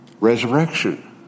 resurrection